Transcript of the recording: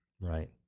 Right